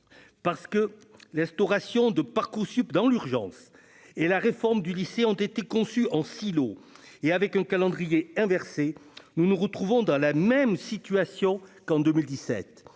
Parce que l'instauration de Parcoursup dans l'urgence et la réforme du lycée ont été conçues en silo et selon un calendrier inversé, nous nous retrouvons dans la même situation qu'en 2017.